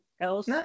else